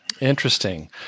Interesting